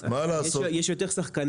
אבל אם יש יותר שחקנים.